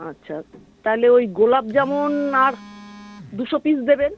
আচ্ছা তাহলে ওই গোলাপজামুন আর দুশো পিস দেবেন